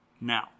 now